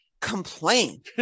complain